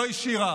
לא השאירה